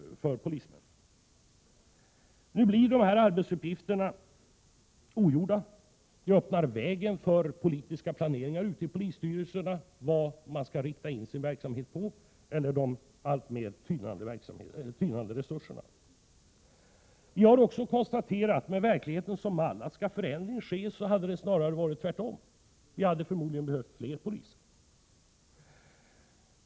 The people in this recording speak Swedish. Nu blir dessa arbetsuppgifter ogjorda, vilket öppnar vägen för politiska planeringar ute i polisstyrelserna när det gäller hur verksamheten skall inriktas med hänsyn till de alltmer tynande resurserna. Vi har också konstaterat, med verkligheten som mall, att om någon förändring skall ske skulle det snarare varit tvärtom — fler polismän skulle förmodligen behövas.